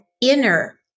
inner